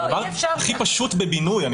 זה הדבר הכי פשוט בבינוי.